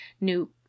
new